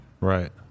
Right